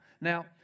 Now